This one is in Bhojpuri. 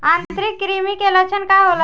आंतरिक कृमि के लक्षण का होला?